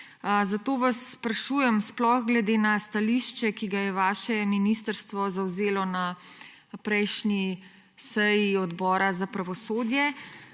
Zato vas sprašujem, sploh glede na stališče, ki ga je vaše ministrstvo zavzelo na prejšnji seji Odbora za pravosodje.